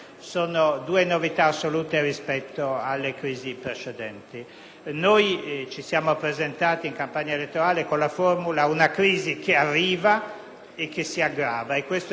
Ci siamo presentati in campagna elettorale con la formula «una crisi che arriva e che si aggrava», e questo è avvenuto nel marzo del 2008. Sappiamo bene che c'è la crisi.